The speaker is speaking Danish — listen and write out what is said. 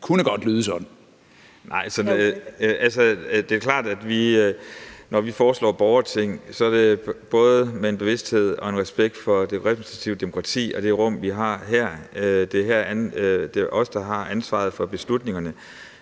Kl. 15:55 Uffe Elbæk (ALT): Nej, altså, det er klart, at når vi foreslår et borgerting, er det både med en bevidsthed om og en respekt for det repræsentative demokrati og det rum, vi har her. Herinde er det os, der har ansvaret for beslutningerne.